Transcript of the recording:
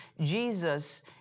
Jesus